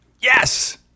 Yes